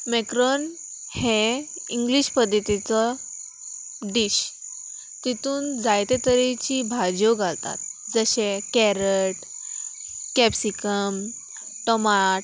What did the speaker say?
macaroon हे English पद्दतीचो dish तितून जायते तरेची भाजयो घालतात जशे कॅरट कॅप्सिकम टमाट